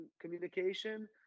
communication